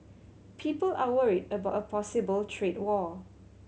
people are worried about a possible trade war